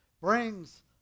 brings